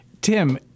Tim